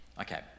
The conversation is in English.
Okay